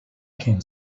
can